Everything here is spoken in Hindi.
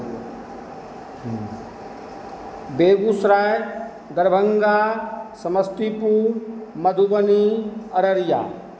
बेगुसराई दरभंगा समस्तीपुर मधुबनी अररिया